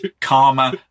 karma